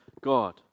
God